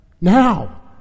Now